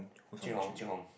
Jing Hong Jing Hong